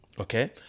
Okay